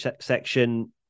section